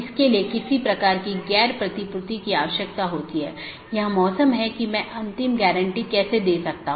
इसलिए जब ऐसी स्थिति का पता चलता है तो अधिसूचना संदेश पड़ोसी को भेज दिया जाता है